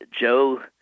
Joe